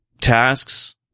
tasks